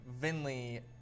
Vinley